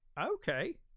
Okay